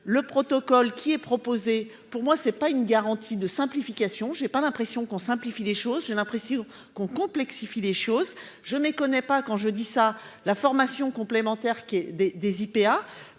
le protocole qui est proposé pour moi c'est pas une garantie de simplification j'ai pas l'impression qu'on simplifie les choses, j'ai l'impression qu'on complexifie les choses je me connais pas. Quand je dis ça. La formation complémentaire qui des